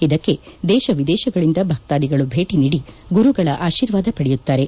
ಇದಕ್ಕೆ ದೇಶ ವಿದೇಶಗಳಿಂದ ಭಕ್ತಾಧಿಗಳು ಭೇಟಿ ನೀಡಿ ಗುರುಗಳ ಆಶೀರ್ವಾದ ಪಡೆಯುತ್ತಾರೆ